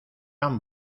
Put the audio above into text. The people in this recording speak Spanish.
han